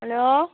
hello